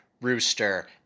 Rooster